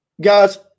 Guys